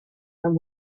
and